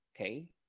okay